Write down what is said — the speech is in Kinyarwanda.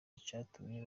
icatumye